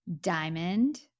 Diamond